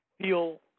feel